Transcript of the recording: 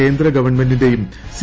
കേന്ദ്ര ഗവൺമെന്റിന്റേയും സി